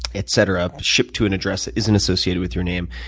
et cetera, shipped to an address that isn't associated with your name,